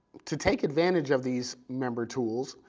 to take advantage of these member tools,